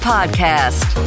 Podcast